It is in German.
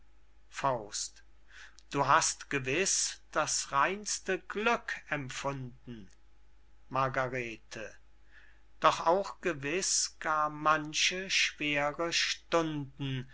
groß du hast gewiß das reinste glück empfunden margarete doch auch gewiß gar manche schwere stunden